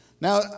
Now